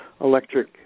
electric